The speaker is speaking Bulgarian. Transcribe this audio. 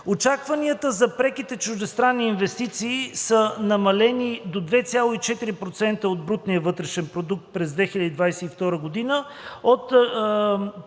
Очакванията за преките чуждестранни инвестиции са намалени до 2,4% от брутния вътрешен продукт през 2022 г. от 3,7 преди,